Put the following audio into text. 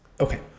Okay